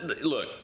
look